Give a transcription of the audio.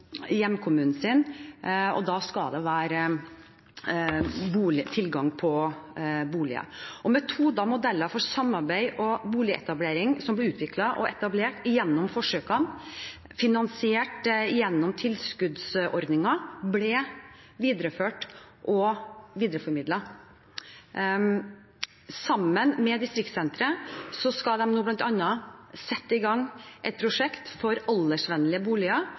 hjemkommunen sin. Da skal det være tilgang på boliger. Metoder og modeller for samarbeid og boligetablering som ble utviklet og etablert gjennom forsøk finansiert gjennom tilskuddsordninger, ble videreført og videreformidlet. Sammen med distriktssentre skal de nå bl.a. sette i gang et prosjekt for aldersvennlige boliger